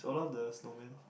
Olaf the snowman